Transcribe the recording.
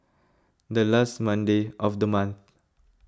the last Monday of the month